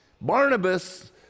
Barnabas